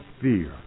fear